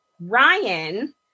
ryan